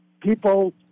people